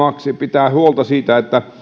pitää huolta siitä että